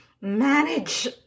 manage